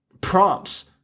prompts